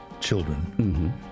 children